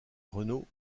renault